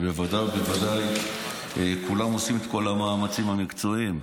בוודאי ובוודאי שכולם עושים את כל המאמצים המקצועיים.